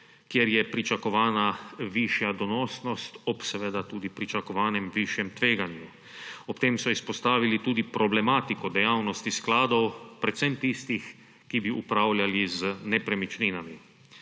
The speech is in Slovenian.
kjer je pričakovana višja donosnost ob seveda tudi pričakovanem višjem tveganju. Ob tem so izpostavili tudi problematiko dejavnosti skladov, predvsem tistih, ki bi upravljali z nepremičninami.